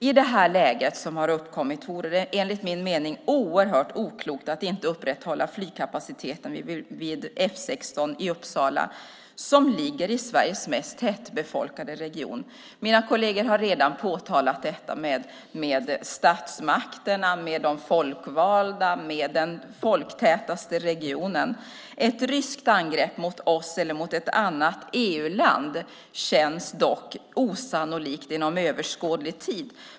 I det här läget som har uppkommit vore det, enligt min mening, oerhört oklokt att inte upprätthålla flygkapaciteten vid F 16 i Uppsala som ligger i Sveriges mest tätbefolkade region. Mina kolleger har redan påtalat detta med statsmakterna, de folkvalda och den folktätaste regionen. Ett ryskt angrepp mot oss eller mot ett annat EU-land känns osannolikt inom överskådlig tid.